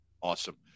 Awesome